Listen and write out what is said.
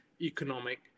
economic